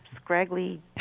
scraggly